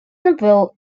novel